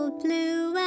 blue